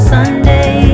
Sunday